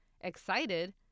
excited